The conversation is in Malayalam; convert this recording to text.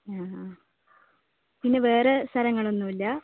ആ ആ പിന്നെ വേറെ സ്ഥലങ്ങൾ ഒന്നുമില്ലേ